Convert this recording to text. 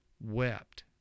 wept